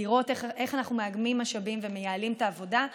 לראות איך אנחנו מאגמים משאבים ומייעלים את העבודה.